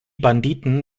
banditen